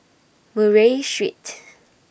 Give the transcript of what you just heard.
Murray Street